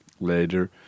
later